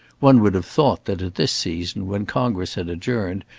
one would have thought that at this season, when congress had adjourned,